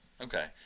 Okay